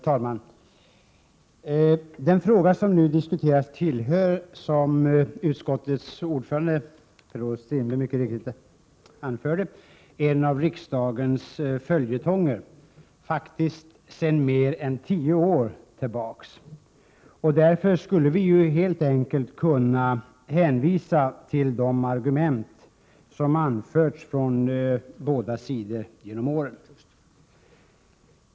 Herr talman! Den fråga som nu diskuteras är, som utskottets värderade ordförande Per-Olof Strindberg mycket riktigt framhöll, en av riksdagens följetonger, faktiskt sedan mer än tio år tillbaka. Därför skulle vi ju helt enkelt kunna hänvisa till de argument som anförts från båda sidor genom åren.